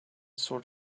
sort